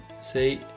See